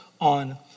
on